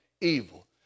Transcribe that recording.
evil